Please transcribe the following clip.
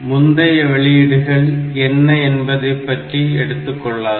முந்தைய வெளியீடுகள் என்ன என்பதைப்பற்றி எடுத்துக் கொள்ளாது